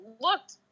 looked